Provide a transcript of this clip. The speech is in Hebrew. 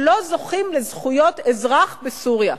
שלא זוכים לזכויות אזרח בסוריה.